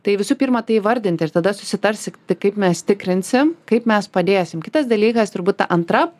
tai visų pirma tai įvardinti ir tada susitarsi kaip mes tikrinsim kaip mes padėsim kitas dalykas turbūt ta antra